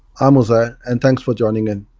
i'm uzair and thanks for joining in.